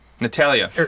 Natalia